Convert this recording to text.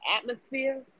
atmosphere